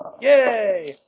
Yay